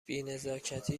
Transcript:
بینزاکتی